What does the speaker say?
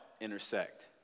intersect